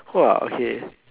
!wah! okay